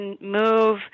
move